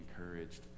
encouraged